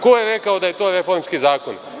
Ko je rekao da je to reformski zakon?